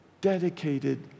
dedicated